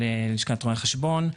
של לשכת רואי חשבון,